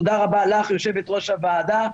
לך יושב-ראש הוועדה,